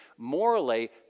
Morally